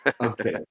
okay